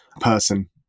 person